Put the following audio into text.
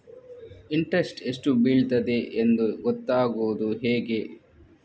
Interest ಎಷ್ಟು ಬೀಳ್ತದೆಯೆಂದು ಗೊತ್ತಾಗೂದು ಹೇಗೆ?